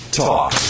talk